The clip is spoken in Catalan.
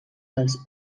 dels